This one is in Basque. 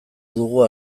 dugu